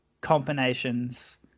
combinations